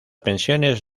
pensiones